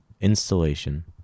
installation